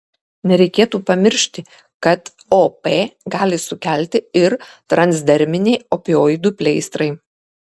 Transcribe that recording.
nereikėtų pamiršti kad op gali sukelti ir transderminiai opioidų pleistrai